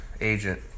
agent